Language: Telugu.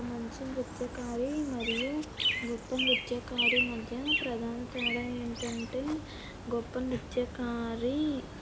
ఒక మంచి నృత్యకారి మరియు గొప్ప నృత్యకారి మధ్య ప్రధాన తేడా ఏంటంటే గొప్ప నృత్యకారి